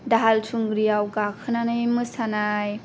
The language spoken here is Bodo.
दाहाल थुंग्रिआव गाखोनानै मोसानाय